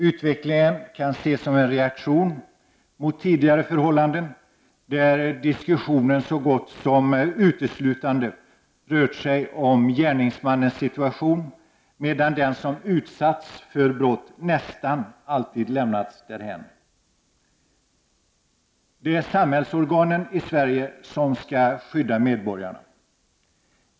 Utvecklingen kan ses som en reaktion mot tidigare förhållanden, där diskussionen så gott som uteslutande rört sig om gärningsmannens situation, medan den som utsatts för brott nästan alltid lämnats därhän. Det är samhällsorganen i Sverige som skall skydda medborgarna.